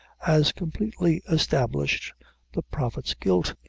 as completely established the prophet's guilt,